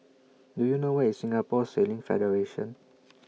Do YOU know Where IS Singapore Sailing Federation